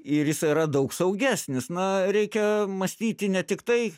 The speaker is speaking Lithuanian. ir jis yra daug saugesnis na reikia mąstyti ne tiktai